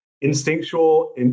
Instinctual